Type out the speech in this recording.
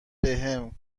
بهم